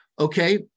Okay